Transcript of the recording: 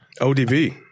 ODB